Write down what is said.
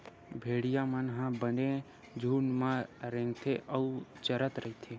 भेड़िया मन ह बने झूंड म रेंगथे अउ चरत रहिथे